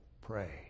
Pray